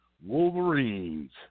Wolverines